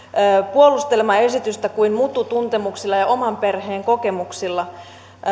puolustelemaan esitystä kuin mututuntemuksilla ja oman perheen kokemuksilla